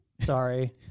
Sorry